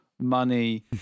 money